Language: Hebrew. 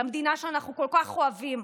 על המדינה שאנחנו כל כך אוהבים.